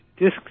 disc